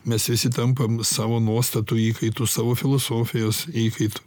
mes visi tampam savo nuostatų įkaitu savo filosofijos įkaitu